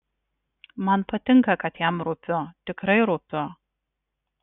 man patinka kad jam rūpiu tikrai rūpiu